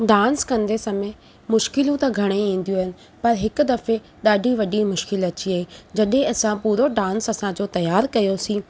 dance कंदे समय मुश्किलूं त घणेई ईंदियूं आहिनि पर हिकु दफ़े ॾाढी वॾी मुश्किलु अची वई जॾहिं असां पुरो डांस असांजो तयारु कयोसीं